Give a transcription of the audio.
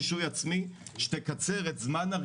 אנחנו נותנים להם את המענה.